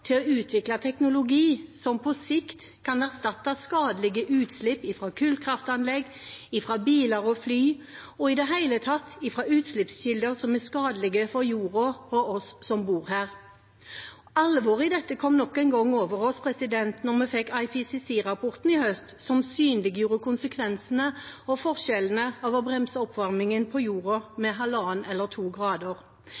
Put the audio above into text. til å utvikle teknologi som på sikt kan erstatte skadelige utslipp fra kullkraftanlegg og fra biler og fly, i det hele tatt fra utslippskilder som er skadelige for jorda og for oss som bor her. Alvoret i dette kom nok en gang over oss da vi fikk IPCC-rapporten i høst, som synliggjorde konsekvensene av og forskjellene ved å bremse oppvarmingen på jorda